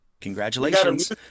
Congratulations